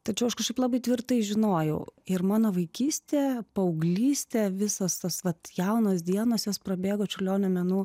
tačiau aš kažkaip labai tvirtai žinojau ir mano vaikystė paauglystė visos tos vat jaunos dienos jos prabėgo čiurlionio menų